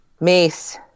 Mace